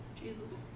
Jesus